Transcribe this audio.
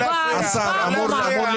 השר אמור לנהוג לפי החוק.